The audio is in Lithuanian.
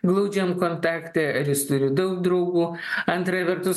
glaudžiam kontakte ar jis turi daug draugų antra vertus